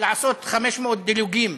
לעשות 500 דילוגים.